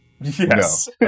Yes